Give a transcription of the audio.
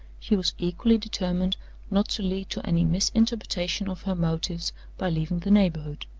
she was equally determined not to lead to any misinterpretation of her motives by leaving the neighborhood.